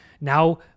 now